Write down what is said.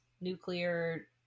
nuclear